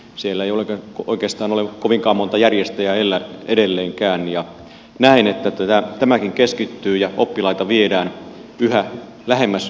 siellä ei oikeastaan ole kovinkaan monta järjestäjää edelleenkään ja näen että tämäkin keskittyy ja oppilaita viedään yhä lähemmäs kasvukeskuksia